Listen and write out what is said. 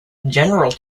general